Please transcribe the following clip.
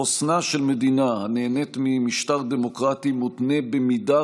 חוסנה של מדינה הנהנית ממשטר דמוקרטי מותנה במידה